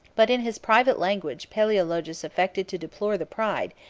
but in his private language palaeologus affected to deplore the pride,